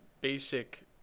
basic